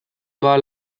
toda